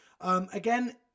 Again